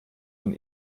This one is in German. von